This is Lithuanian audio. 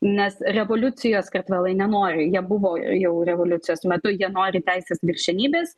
nes revoliucijos kartvelai nenori jie buvo jau revoliucijos metu jie nori teisės viršenybės